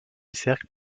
cercles